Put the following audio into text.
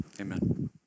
Amen